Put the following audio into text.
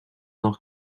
noch